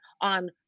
on